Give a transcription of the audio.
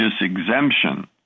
exemption